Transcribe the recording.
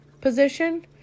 position